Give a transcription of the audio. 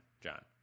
John